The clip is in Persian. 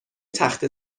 تخته